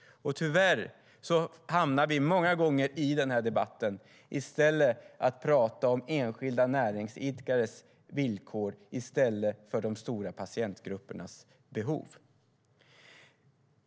Tyvärr hamnar vi i den här debatten många gånger i att prata om enskilda näringsidkares villkor i stället för de stora patientgruppernas behov.